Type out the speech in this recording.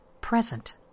present